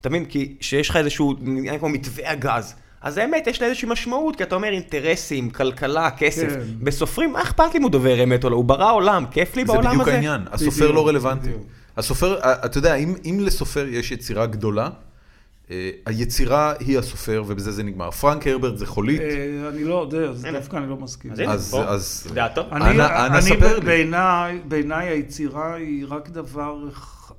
תאמין, כי כשיש לך איזשהו, נראה לי כמו מתווה הגז, אז האמת, יש לזה איזושהי משמעות, כי אתה אומר אינטרסים, כלכלה, כסף. בסופרים, מה אכפת לי אם הוא דובר אמת או לא, הוא ברא עולם, כיף לי בעולם הזה? זה בדיוק עניין, הסופר לא רלוונטי. הסופר, אתה יודע, אם לסופר יש יצירה גדולה, היצירה היא הסופר, ובזה זה נגמר. פרנק הרברט זה חולית. אני לא יודע, זה דווקא אני לא מסכים. אז, אז... דעתו. אני, המספר בעיניי, בעיניי היצירה היא רק דבר...